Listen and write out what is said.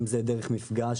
אם זה דרך מפגש.